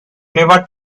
never